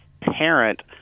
parent